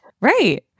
Right